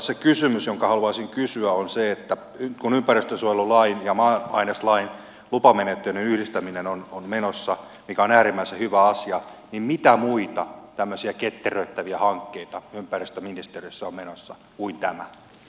se kysymys jonka haluaisin kysyä on se kun ympäristönsuojelulain ja maa aineslain lupamenettelyn yhdistäminen on menossa mikä on äärimmäisen hyvä asia niin mitä muita tämmöisiä ketteröittäviä hankkeita ympäristöministeriössä on menossa kuin tämä